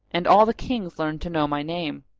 and all the kings learned to know my name.